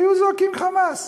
היו זועקים חמס.